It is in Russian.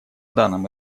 данном